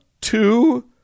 two